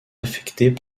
affectés